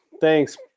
thanks